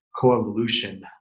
co-evolution